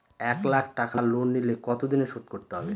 এক লাখ টাকা লোন নিলে কতদিনে শোধ করতে হবে?